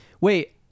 Wait